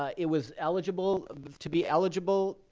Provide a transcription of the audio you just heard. ah it was eligible to be eligible,